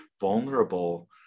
vulnerable